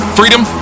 freedom